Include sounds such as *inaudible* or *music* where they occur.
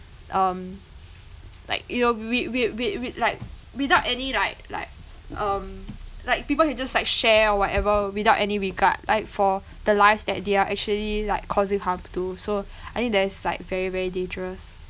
um like you know with with with with like without any like like um like people can just like share whatever without any regard like for the lives that they are actually like causing harm to so *breath* I think that is like very very dangerous